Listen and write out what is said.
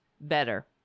better